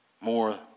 more